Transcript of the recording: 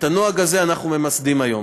את הנוהג הזה אנחנו ממסדים היום.